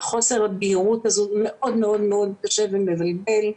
חוסר הבהירות הזה מאוד קשה ומבלבל.